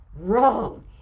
wrong